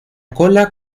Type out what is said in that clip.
cola